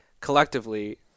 collectively